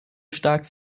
stark